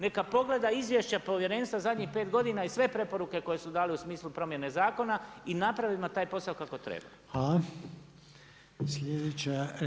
Neka pogleda izvješća povjerenstva zadnjih 5 godina i sve preporuke koje su dali u smislu promjene zakona i napravimo taj posao kako treba.